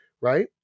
Right